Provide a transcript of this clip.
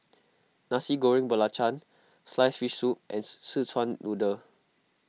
Nasi Goreng Belacan Sliced Fish Soup and Szechuan Noodle